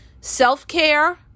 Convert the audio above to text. Self-care